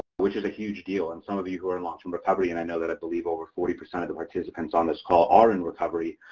which is a huge deal and some of you who are in long term recovery, and i know that i believe over forty percent of participants on this call are in recovery,